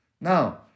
Now